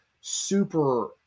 super